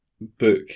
book